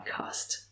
podcast